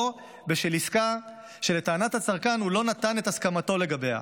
או בשל עסקה שלטענת הצרכן הוא לא נתן את הסכמתו לגביה.